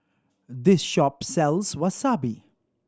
this shop sells Wasabi